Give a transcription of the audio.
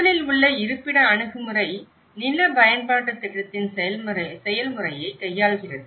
முதலில் உள்ள இருப்பிட அணுகுமுறை நில பயன்பாட்டுத் திட்டத்தின் செயல்முறையைக் கையாள்கிறது